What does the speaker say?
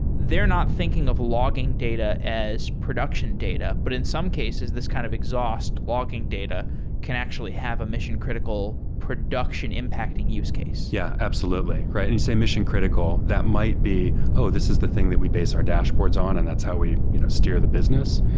they're not thinking of logging data as production data. but in some cases, this kind of exhaust logging data can actually have a mission-critical production impacting use case yeah, absolutely. you and say mission-critical, that might be, oh, this is the thing that we base our dashboards on and that's how we you know steer the business,